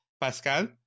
Pascal